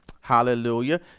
hallelujah